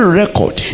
record